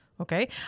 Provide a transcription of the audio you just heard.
okay